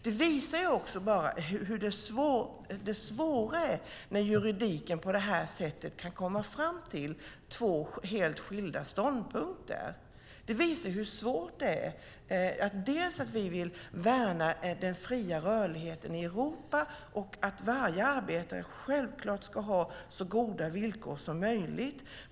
Det visar också hur svårt det är när man i juridiken på det här sättet kan komma fram till två helt skilda ståndpunkter. Det visar hur svårt det är. Vi vill värna den fria rörligheten i Europa, och varje arbetare ska självklart ha så goda villkor som möjligt.